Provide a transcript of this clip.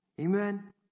Amen